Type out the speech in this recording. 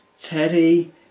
Teddy